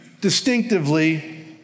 distinctively